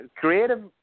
creative